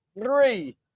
Three